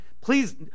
please